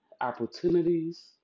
opportunities